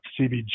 CBG